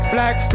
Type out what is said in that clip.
Black